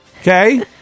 Okay